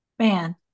Man